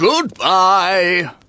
Goodbye